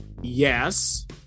Yes